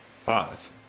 Five